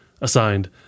assigned